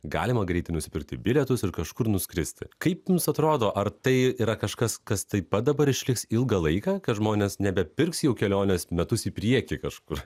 galima greitai nusipirkti bilietus ir kažkur nuskristi kaip jums atrodo ar tai yra kažkas kas taip pat dabar išliks ilgą laiką kad žmonės nebepirks jau kelionės metus į priekį kažkur